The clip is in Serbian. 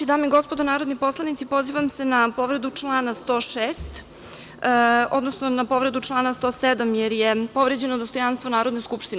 Dame i gospodo narodni poslanici, pozivam se na povredu člana 106, odnosno na povredu člana 107, jer je povređeno dostojanstvo Narodne skupštine.